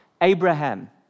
Abraham